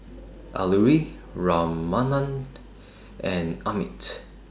Alluri Ramanand and Amit